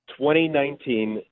2019